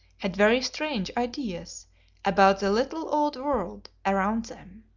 had very strange ideas about the little old world around them.